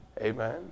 Amen